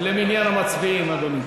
למניין המצביעים, אדוני.